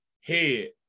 head